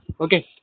okay